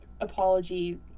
Apology-